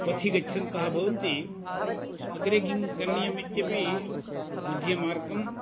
पथिः गच्छन्तः भवन्ति अग्रे किं करणीयमित्यपि मध्ये मार्गं